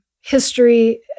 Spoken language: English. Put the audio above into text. history